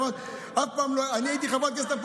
אמרת: אני הייתי חברת הכנסת,